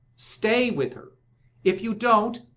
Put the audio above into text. stay with her if you don't,